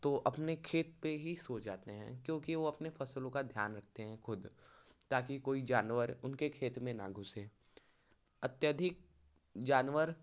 तो अपने खेत पे ही सो जाते हैं क्योंकि वो अपने फसलों का ध्यान रखते हैं खुद ताकि कोई जानवर उनके खेत में ना घुसे अत्यधिक जानवर